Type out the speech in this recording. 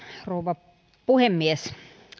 rouva puhemies